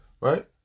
Right